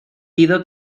pido